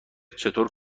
چطور